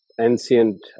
ancient